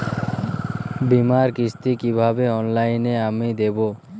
বীমার কিস্তি কিভাবে অনলাইনে আমি দেবো?